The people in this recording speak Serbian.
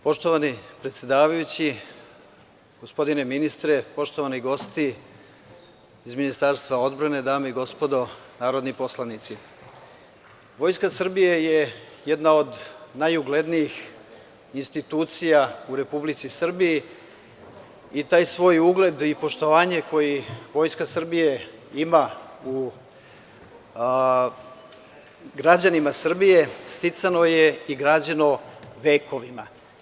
Poštovani predsedavajući, gospodine ministre, poštovani gosti iz Ministarstva odbrane, dame i gospodo narodni poslanici, Vojska Srbije je jedna od najuglednijih institucija u Republici Srbiji i taj svoj ugled i poštovanje koje Vojska Srbije ima u građanima Srbije sticano je i građeno vekovima.